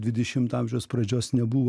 dvidešimto amžiaus pradžios nebuvo